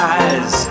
eyes